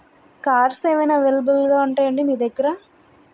cars ఏమైనా అవైలబుల్గా ఉంటాయ అండి మీ దగ్గర